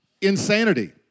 insanity